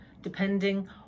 depending